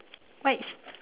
white